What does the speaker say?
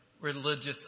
religious